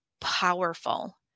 powerful